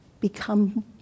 become